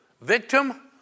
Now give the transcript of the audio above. victim